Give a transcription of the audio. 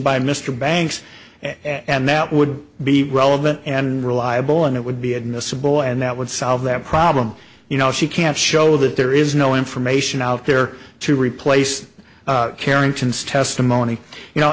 by mr banks and that would be relevant and reliable and it would be admissible and that would solve that problem you know she can't show that there is no information out there to replace carrington's testimony you know